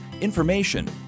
information